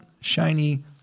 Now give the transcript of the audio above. shiny